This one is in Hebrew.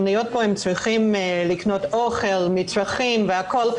מצרכים והכל,